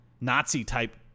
Nazi-type